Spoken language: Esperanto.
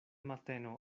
mateno